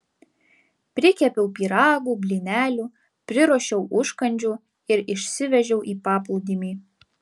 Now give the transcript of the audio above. prikepiau pyragų blynelių priruošiau užkandžių ir išsivežiau į paplūdimį